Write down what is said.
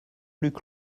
luc